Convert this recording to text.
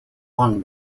lung